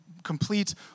complete